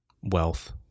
wealth